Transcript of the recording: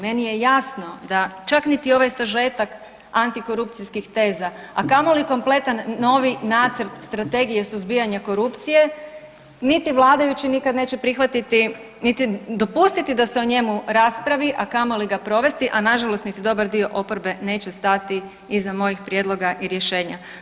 Meni je jasno da čak niti ovaj sažetak antikorupcijskih teza, a kamoli kompletan novi Nacrt strategije suzbijanja korupcije niti vladajući neće prihvatiti niti dopustiti da se o njemu raspravi, a kamoli ga provesti a na žalost niti dobar dio oporbe neće stati iza mojih prijedloga i rješenja.